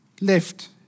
left